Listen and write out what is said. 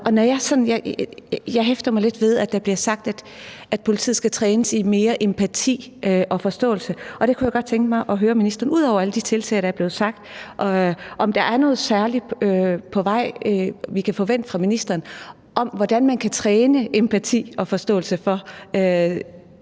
der bliver sagt, at politiet skal trænes i mere empati og forståelse. Og der kunne jeg godt tænke mig at høre ministeren, om der – ud over alle de tiltag, som er blevet omtalt – er noget særligt på vej om, hvordan man kan træne empati og forståelse for